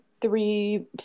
three